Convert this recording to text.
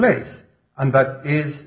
place and that is